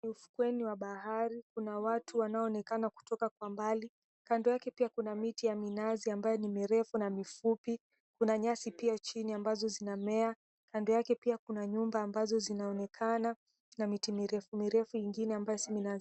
Ufuoni wa bahari ambapo kwa umbali kuna watu kando yake pia kuna miti ya minazi mirefu na mifupi kuna nyasi chini ambazo zinamea kando yake pia kuna nyumba zinaonekana na miti mirefu mirefu engine ambayo si minazi.